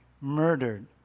murdered